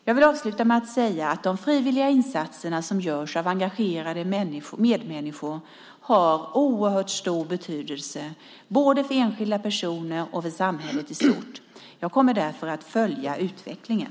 Jag vill avsluta med att säga att de frivilliga insatser som görs av engagerade medmänniskor har oerhört stor betydelse både för enskilda personer och för samhället i stort. Jag kommer därför att följa utvecklingen.